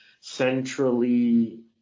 centrally